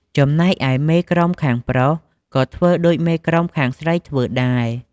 ចំណែកឯមេក្រុមខាងប្រុសក៏ធ្វើដូចមេក្រុមខាងស្រីធ្វើដែរ។